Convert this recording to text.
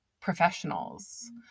professionals